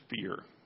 fear